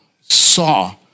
saw